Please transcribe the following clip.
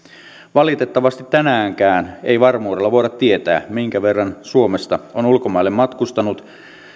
valitettavasti tänäänkään ei varmuudella voida tietää minkä verran suomesta on ulkomaille matkustanut